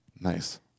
Nice